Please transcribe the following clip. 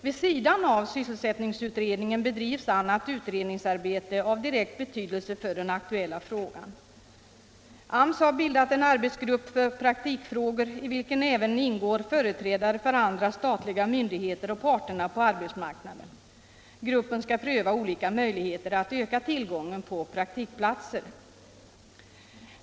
Vid sidan av sysselsättningsutredningen bedrivs annat utredningsarbete av direkt betydelse för den aktuella frågan. AMS har bildat en arbetsgrupp för praktikfrågor, i vilken även ingår företrädare för andra statliga myndigheter och för parterna på arbetsmarknaden. Gruppen skall pröva olika möjligheter att öka tillgången på praktikplatser.